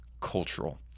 cultural